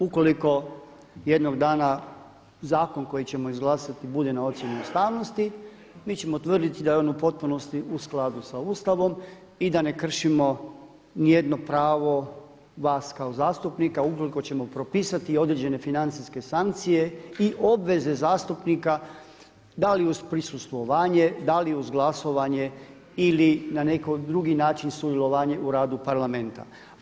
Ukoliko jednog dana zakon koji ćemo izglasati bude na ocjeni ustavnosti mi ćemo utvrditi da je on u potpunosti u skladu sa Ustavom i da ne kršimo ni jedno pravo vas kao zastupnika ukoliko ćemo propisati određene financijske sankcije i obveze zastupnika da li uz prisustvovanje, da li uz glasovanje ili na neki drugi način sudjelovanje u radu Parlamenta.